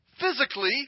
physically